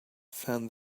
fan